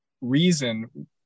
reason